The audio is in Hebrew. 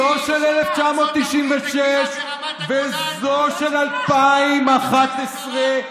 זו של 1996 וזו של 2011,